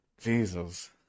Jesus